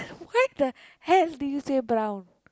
why the hell did you say brown